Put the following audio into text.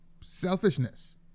selfishness